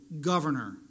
governor